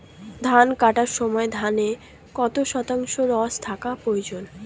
ধান কাটার সময় ধানের মধ্যে কত শতাংশ রস থাকা প্রয়োজন?